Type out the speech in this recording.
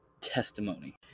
testimony